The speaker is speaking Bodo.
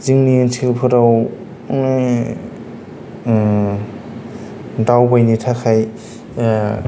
जोंनि ओनसोलफोराव मानि दावबायनो थाखाय